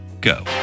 Go